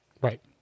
Right